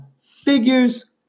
Figures